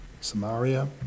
Samaria